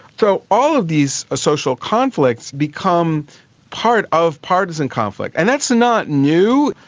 so all of these ah social conflicts become part of partisan conflict, and that's not new,